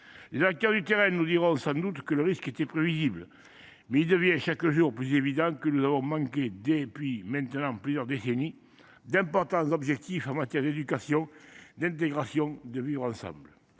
Les acteurs du terrain nous diront sans doute que le risque était prévisible. Il devient chaque jour plus évident que nous avons manqué, depuis maintenant plusieurs décennies, d’importants objectifs en matière d’éducation, d’intégration, de vivre ensemble.